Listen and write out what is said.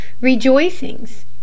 Rejoicings